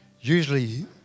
usually